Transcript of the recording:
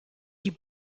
die